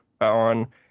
on